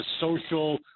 social